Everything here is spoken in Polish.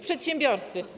Przedsiębiorcy.